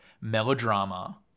melodrama